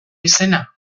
izena